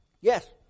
Yes